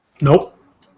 Nope